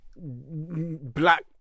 black